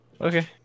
Okay